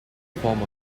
form